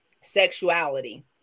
sexuality